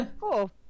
Cool